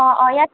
অ' অ' ইয়াত